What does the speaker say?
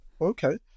okay